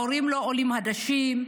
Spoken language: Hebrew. לא להורים עולים חדשים,